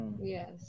Yes